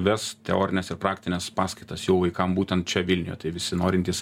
ves teorines ir praktines paskaitas jau vaikam būtent čia vilniuje tai visi norintys